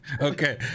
okay